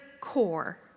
core